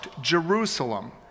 Jerusalem